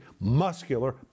muscular